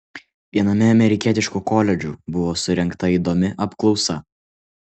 viename amerikietiškų koledžų buvo surengta įdomi apklausa